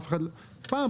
פעם,